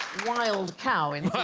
wild cow and